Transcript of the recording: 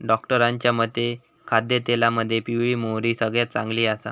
डॉक्टरांच्या मते खाद्यतेलामध्ये पिवळी मोहरी सगळ्यात चांगली आसा